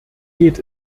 geht